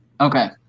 Okay